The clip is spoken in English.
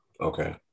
okay